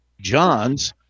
John's